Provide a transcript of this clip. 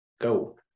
Go